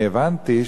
אני הבנתי,